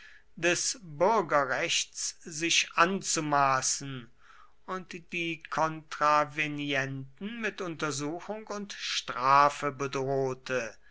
des bürgerrechts sich anzumaßen und die kontravenienten mit untersuchung und strafe bedrohte